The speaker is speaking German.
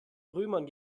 römern